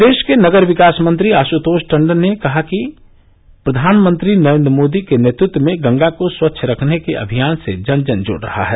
प्रदेश के नगर विकास मंत्री आश्तोष टंडन ने कहा कि प्रधानमंत्री नरेंद्र मोदी के नेतृत्व में गंगा को स्वच्छ रखने के अभियान से जन जन जुड़ रहा है